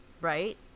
Right